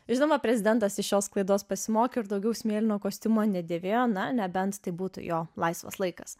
žinoma prezidentas iš šios klaidos pasimokė ir daugiau smėlinio kostiumo nedėvėjo na nebent tai būtų jo laisvas laikas